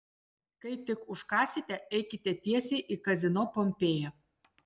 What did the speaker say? kai tik užkąsite eikite tiesiai į kazino pompėja